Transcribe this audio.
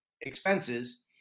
expenses